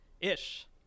Ish